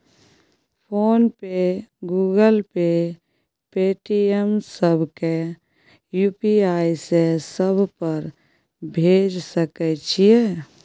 Phone पे, Google Pay, Paytm, सब के UPI से सब पर भेज सके छीयै?